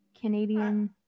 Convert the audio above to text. canadian